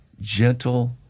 gentle